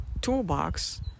toolbox